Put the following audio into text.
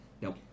Nope